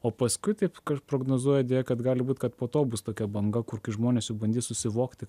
o paskui kaip prognozuoja deja kad gali būt kad po to bus tokia banga kur kai žmonės jau bandys susivokti